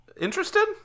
Interested